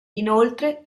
inoltre